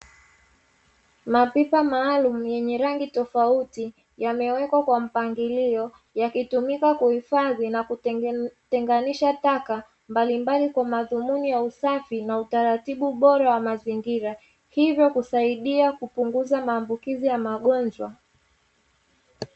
Mapipa maalumu yenye rangi tofauti yamewekwa kwa mpangilio yakitumika kuhifadhi na kutenganisha taka mbalimbali kwa madhumuni ya usafi na utaratibu bora wa mazingira, hivyo kusaidia kupunguza maambukizi ya magonjwa.